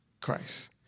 Christ